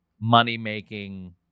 money-making